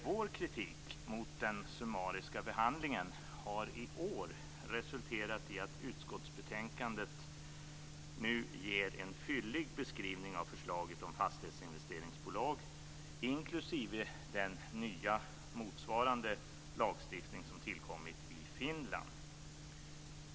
Vår kritik mot den summariska behandlingen har i år resulterat i bedömningen att utskottsbetänkandet nu ger en fyllig beskrivning av förslaget om fastighetsinvesteringsbolag, inklusive den nya motsvarande lagstiftning som tillkommit i Finland.